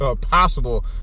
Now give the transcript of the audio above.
possible